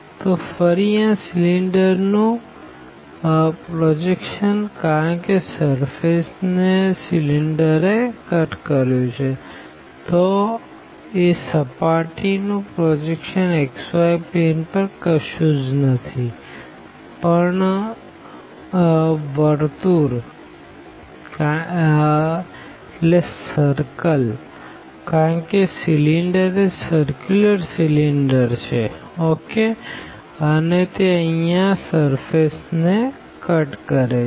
તો ફર્રી આ સીલીન્ડર નું પ્રોજેક્શન કારણ કે સર્ફેસ ને ને સીલીન્ડર એ કટ કર્યું છેતો એ સર્ફેસ નું પ્રોજેક્શન xyપ્લેન પર કશું જ નથી પણ સર્કલ કારણ કે સીલીન્ડર એ સર્ક્યુલર સીલીન્ડર છે અને તે અહિયાં સર્ફેસ ને કટ કરે છે